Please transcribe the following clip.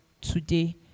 today